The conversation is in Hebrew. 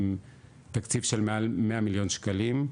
עם תקציב של מעל 100 מיליון שקלים,